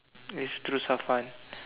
it's through Safwan